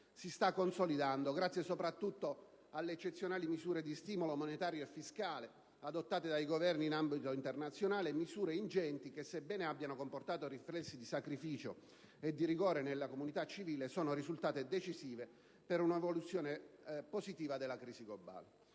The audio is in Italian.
si sta consolidando, grazie soprattutto alle eccezionali misure di stimolo monetario e fiscale adottate dai Governi in ambito internazionale; misure ingenti che, sebbene abbiano comportato riflessi di sacrificio e di rigore nella comunità civile, sono risultate decisive per un'evoluzione positiva della crisi globale.